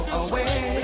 away